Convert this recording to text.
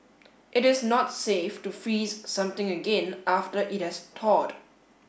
it is not safe to freeze something again after it has thawed